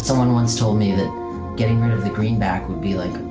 someone once told me that getting rid of the greenback would be like,